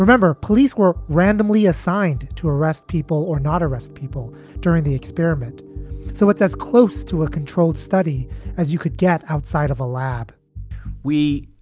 remember, police were randomly assigned to arrest people or not arrest people during the experiment so it's as close to a controlled study as you could get outside of a lab we